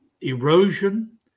erosion